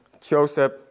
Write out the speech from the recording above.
Joseph